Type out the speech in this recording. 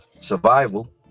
survival